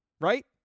right